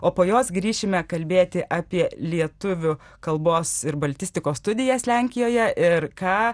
o po jos grįšime kalbėti apie lietuvių kalbos ir baltistikos studijas lenkijoje ir ką